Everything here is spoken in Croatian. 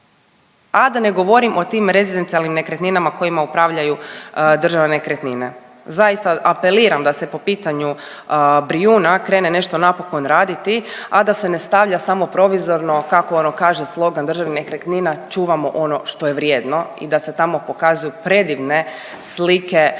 A da ne govorim o tim rezidencijalnim nekretninama kojima upravljaju Državne nekretnine. Zaista apeliram da se po pitanju Brijuna krene nešto napokon raditi, a da se ne stavlja samo provizorno, kako ono kaže slogan Državnih nekretnina, čuvamo ono što je vrijedno i da se tamo pokazuju predivne slike